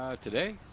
today